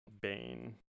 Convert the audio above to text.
bane